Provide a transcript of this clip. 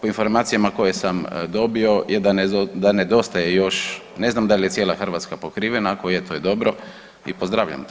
U informacijama koje sam dobio je da nedostaje još, ne znam dal je cijela Hrvatska pokrivena, ako je to je dobro i pozdravljam to.